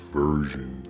version